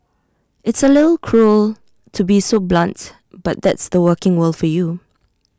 it's A little cruel to be so blunt but that's the working world for you